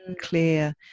clear